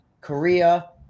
Korea